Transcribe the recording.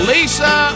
Lisa